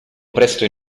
presto